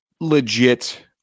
legit